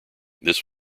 this